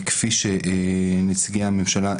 כפי שנציגי הממשלה,